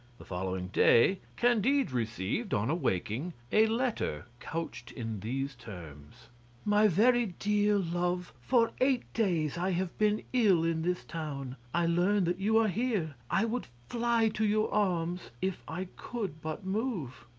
the following day candide received, on awaking, a letter couched in these terms my very dear love, for eight days i have been ill in this town. i learn that you are here. i would fly to your arms if i could but move.